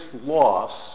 loss